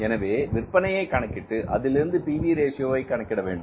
எனவே விற்பனையை கணக்கீட்டு அதிலிருந்து P V ratio PV Ratio கணக்கிட வேண்டும்